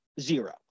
zero